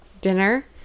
dinner